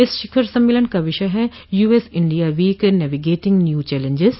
इस शिखर सम्मेलन का विषय है US India week navigating new challenges